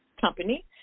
company